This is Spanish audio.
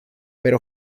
pero